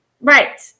Right